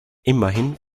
immerhin